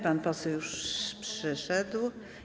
Pan poseł już przyszedł.